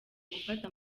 gufata